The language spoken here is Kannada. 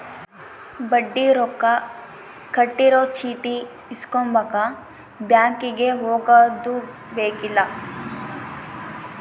ಬಡ್ಡಿ ರೊಕ್ಕ ಕಟ್ಟಿರೊ ಚೀಟಿ ಇಸ್ಕೊಂಬಕ ಬ್ಯಾಂಕಿಗೆ ಹೊಗದುಬೆಕ್ಕಿಲ್ಲ